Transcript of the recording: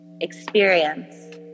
experience